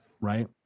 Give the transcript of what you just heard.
right